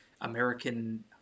American